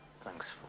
Thanks